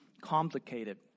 complicated